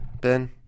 Ben